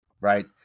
Right